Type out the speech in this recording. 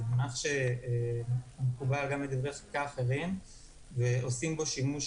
זה דבר מקובל גם בדברי פסיקה אחרים והממשלה עושה בו שימוש